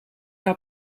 had